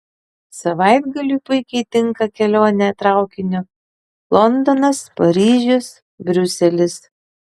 savaitgaliui puikiai tinka kelionė traukiniu londonas paryžius briuselis